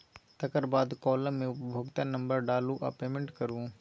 तकर बाद काँलम मे उपभोक्ता नंबर डालु आ पेमेंट करु